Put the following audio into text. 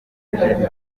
asigarana